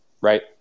right